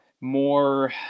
more